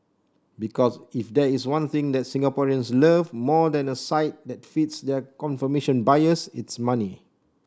because if there is one thing that Singaporeans love more than a site that feeds their confirmation bias it's money